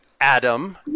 Adam